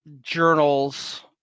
journals